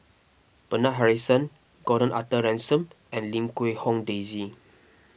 Bernard Harrison Gordon Arthur Ransome and Lim Quee Hong Daisy